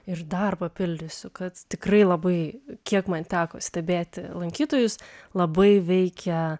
ir dar papildysiu kad tikrai labai kiek man teko stebėti lankytojus labai veikia